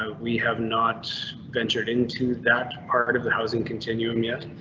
ah we have not ventured into that part but of the housing continuum yet.